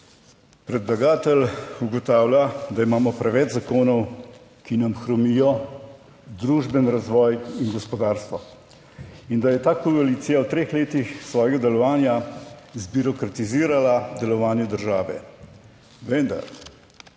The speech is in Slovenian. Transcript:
Predlagatelj ugotavlja, da imamo preveč zakonov, ki nam hromijo družbeni razvoj in gospodarstvo. In da je ta koalicija v treh letih svojega delovanja zbirokratizirala delovanje države. Vendar